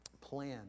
plan